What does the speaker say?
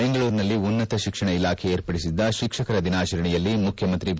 ಬೆಂಗಳೂರಿನಲ್ಲಿ ಉನ್ನತ ಶಿಕ್ಷಣ ಇಲಾಖೆ ಏರ್ಪಡಿಸಿದ್ದ ಶಿಕ್ಷಕರ ದಿನಾಚರಣೆಯಲ್ಲಿ ಮುಖ್ಯಮಂತ್ರಿ ಬಿ